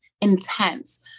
intense